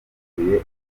urwibutso